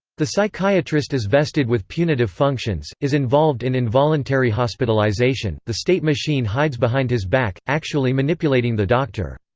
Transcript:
the psychiatrist is vested with punitive functions, is involved in involuntary hospitalization, the state machine hides behind his back, actually manipulating the doctor.